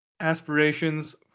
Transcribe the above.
aspirations